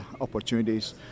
opportunities